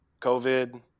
COVID